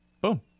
Boom